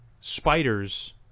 spiders